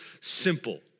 simple